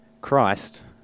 Christ